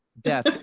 death